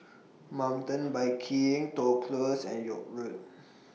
Mountain Biking Toh Close and York Road